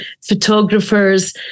photographers